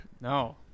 No